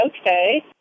Okay